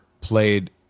played